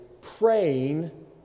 praying